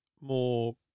More